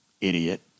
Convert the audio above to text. Idiot